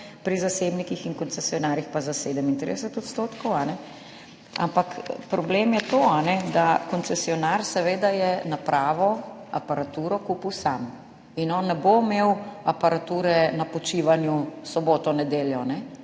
pri zasebnikih in koncesionarjih pa za 37 %. Problem je to, da je koncesionar seveda napravo, aparaturo kupil sam in on ne bo imel aparature na počivanju v soboto, nedeljo,